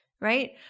right